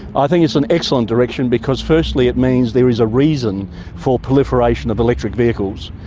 i think it's an excellent direction because firstly it means there is ah reason for proliferation of electric vehicles.